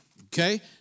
okay